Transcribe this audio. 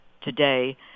today